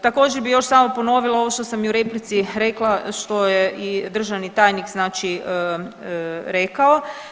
Također, bi još samo ponovila ovo što sam i u replici rekla što je i državni tajnik znači rekao.